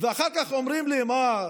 ואחר כך אומרים לי: מה,